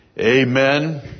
Amen